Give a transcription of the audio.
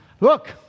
Look